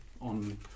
on